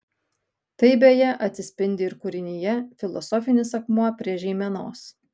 tai beje atsispindi ir kūrinyje filosofinis akmuo prie žeimenos